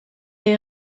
est